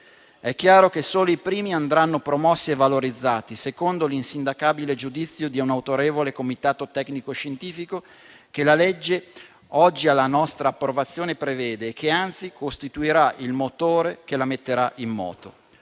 È chiaro che solo i primi andranno promossi e valorizzati, secondo l'insindacabile giudizio di un autorevole comitato tecnico scientifico, che la legge oggi alla nostra approvazione prevede e che, anzi, costituirà il motore che la metterà in moto.